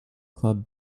club